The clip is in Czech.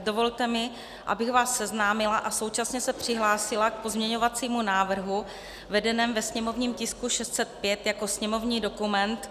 Dovolte mi, abych vás seznámila a současně se přihlásila k pozměňovacímu návrhu vedenému ve sněmovním tisku 605 jako sněmovní dokument 3827.